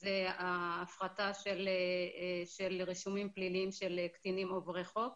זה ההפחתה של רישומים פליליים של קטינים עוברי חוק.